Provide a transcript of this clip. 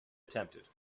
attempted